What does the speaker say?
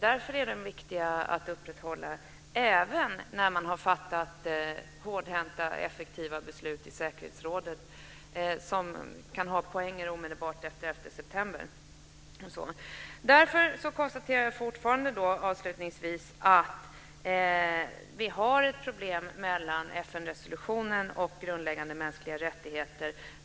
Därför är de viktiga att upprätthålla även när man har fattat hårdhänta, effektiva beslut i säkerhetsrådet som kunde ha poänger omedelbart efter den 11 september. Därför konstaterar jag avslutningsvis fortfarande att vi har ett problem mellan FN-resolutionen och grundläggande mänskliga rättigheter.